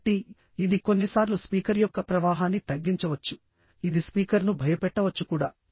కాబట్టి ఇది కొన్నిసార్లు స్పీకర్ యొక్క ప్రవాహాన్ని తగ్గించవచ్చు ఇది స్పీకర్ ను భయపెట్టవచ్చు కూడా